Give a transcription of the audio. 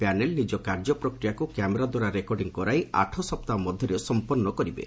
panel ନିଜ କାର୍ଯ୍ୟ ପ୍ରକ୍ରିୟାକୁ କ୍ୟାମେରା ଦ୍ୱାରା ରେକର୍ଡିଂ କରାଇ ଆଠ ସପ୍ତାହ ମଧ୍ୟରେ ସମ୍ପନ୍ନ କରିବେ